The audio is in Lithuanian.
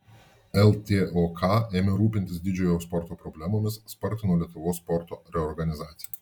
ltok ėmė rūpintis didžiojo sporto problemomis spartino lietuvos sporto reorganizaciją